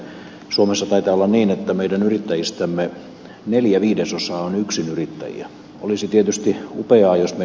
suomessa taito on niin että meidän yrittäjistämme neljä viidesosaa on yksinyrittäjiä olisi tietysti upeaa jos me